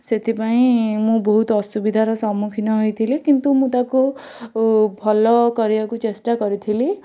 ସେଥିପାଇଁ ମୁଁ ବହୁତ ଅସୁବିଧାର ସମ୍ମୁଖୀନ ହୋଇଥିଲି କିନ୍ତୁ ମୁଁ ତା'କୁ ଭଲ କରିବାକୁ ଚେଷ୍ଟା କରିଥିଲି